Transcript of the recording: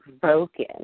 broken